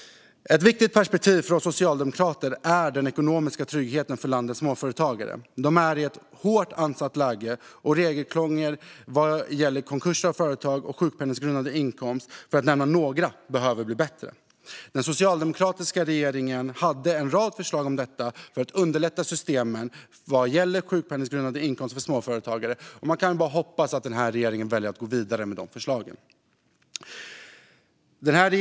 Ett viktigt perspektiv för oss socialdemokrater är den ekonomiska tryggheten för landets småföretagare. De är i ett hårt ansatt läge. Det är regelkrångel vad gäller till exempel konkurser av företag och sjukpenninggrundande inkomst. Detta behöver bli bättre. Den socialdemokratiska regeringen hade en rad förslag för att underlätta när det gäller systemen för sjukpenninggrundande inkomst för småföretagare. Man kan bara hoppas att denna regering väljer att gå vidare med de förslagen. Fru talman!